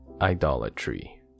Idolatry